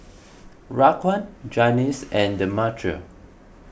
Raquan Janis and Demetria